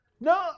No